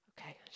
Okay